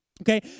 Okay